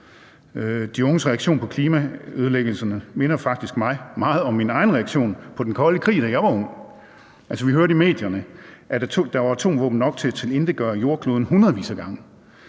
De unges reaktion på klimaødelæggelserne minder mig faktisk meget om min egen reaktion på den kolde krig, da jeg var ung. Vi hørte i medierne, at der var atomvåben nok til at tilintetgøre jordkloden hundredvis af gange,